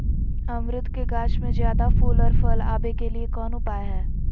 अमरूद के गाछ में ज्यादा फुल और फल आबे के लिए कौन उपाय है?